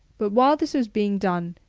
but while this was being done,